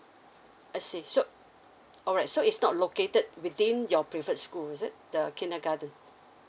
I see so alright so it's not located within your preferred school is it the kindergarten